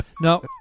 No